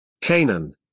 Canaan